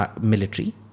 military